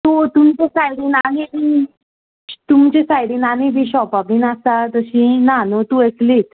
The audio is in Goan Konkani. तूं तुमच्या सायडीन आनी तुमचे सायडीन आनी बी शॉपां बीन आसा तशी ना न्हू तूं एकलीच